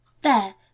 There